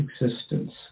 existence